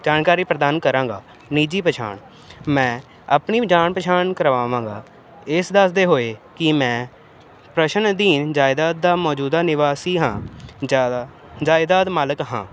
ਜਾਣਕਾਰੀ ਪ੍ਰਦਾਨ ਕਰਾਂਗਾ ਨਿੱਜੀ ਪਛਾਣ ਮੈਂ ਆਪਣੀ ਜਾਣ ਪਛਾਣ ਕਰਵਾਵਾਂਗਾ ਇਹ ਦੱਸਦੇ ਹੋਏ ਕਿ ਮੈਂ ਪ੍ਰਸ਼ਨ ਅਧੀਨ ਜਾਇਦਾਦ ਦਾ ਮੌਜੂਦਾ ਨਿਵਾਸੀ ਹਾਂ ਜ਼ਿਆਦਾ ਜਾਇਦਾਦ ਮਾਲਕ ਹਾਂ